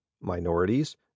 minorities